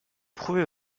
prouver